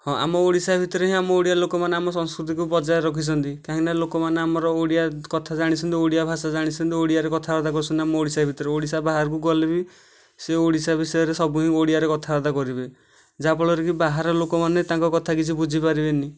ହଁ ଆମ ଓଡ଼ିଶା ଭିତରେ ହିଁ ଆମ ଓଡ଼ିଆ ଲୋକମାନେ ଆମ ସଂସ୍କୃତିକୁ ବଜାୟ ରଖିଛନ୍ତି କାହିଁକି ନା ଲୋକମାନେ ଆମର ଓଡ଼ିଆ କଥା ଜାଣିଛନ୍ତି ଓଡ଼ିଆ ଭାଷା ଜାଣିଛନ୍ତି ଓଡ଼ିଆରେ କଥାବାର୍ତ୍ତା କରୁଛନ୍ତି ଆମ ଓଡ଼ିଶା ଭିତରେ ଓଡ଼ିଶା ବାହାରକୁ ଗଲେ ବି ସେ ଓଡ଼ିଶା ବିଷୟରେ ସବୁ ଓଡ଼ିଆରେ କଥାବାର୍ତ୍ତା କରିବେ ଯାହାଫଳରେ କି ବାହାର ଲୋକମାନେ ତାଙ୍କ କଥା କିଛି ବୁଝିପାରିବେନି